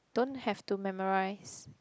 don't have to memorise